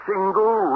single